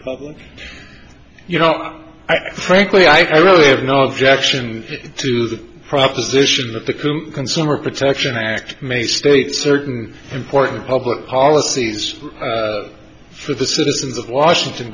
public you know frankly i really have no objection to the proposition that the consumer protection act may state certain important public policies for the citizens of washington